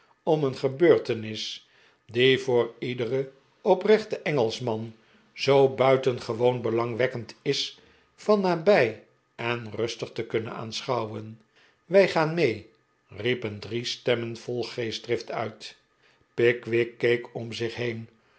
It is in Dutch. om een gebeurtenis die voor iederen oprechten engelschman zoo buitengewoon belangwekkend is van nabij en rustig te kunnen aanschouwen rrwij gaan mee riepen drie stemmen vol geestdrift uit pickwick keek om zich heen